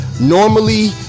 Normally